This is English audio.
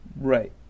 Right